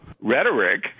rhetoric